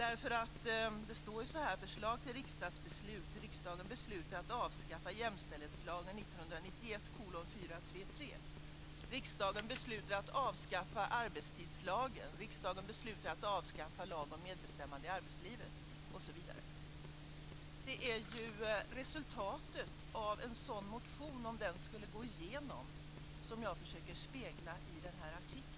I förslaget till riksdagsbeslut står det att riksdagen beslutar att avskaffa jämställdhetslagen 1991:433, att riksdagen beslutar att avskaffa arbetstidslagen, att riksdagen beslutar att avskaffa lag om medbestämmande i arbetslivet osv. Det är ju resultatet av en sådan motion, om den skulle bifallas, som jag försöker att spegla i artikeln.